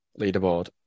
leaderboard